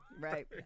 Right